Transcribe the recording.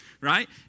right